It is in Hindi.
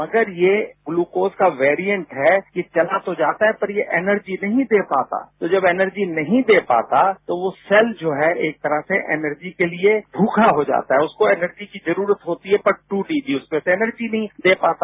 मगर ये ग्लूकोज कावेरिऐंट है ये चला तो जाता है पर ये एनर्जी नहीं दे पाता तो जब ये एनर्जी नहीं दे पातातो वो सेल जो है एक तरह से एनर्जी के लिए भूखा हो जाता है उसको एनर्जी की जरूरत होतीहै पर टू डी जी उसमें तो एनर्जी नहीं दे पाता